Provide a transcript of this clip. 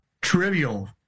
trivial